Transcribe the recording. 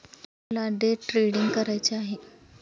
सोहनला day trading करायचे आहे